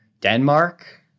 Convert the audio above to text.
Denmark